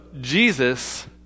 Jesus